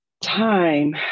Time